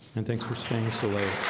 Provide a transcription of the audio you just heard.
and thanks for staying so late